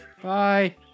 Bye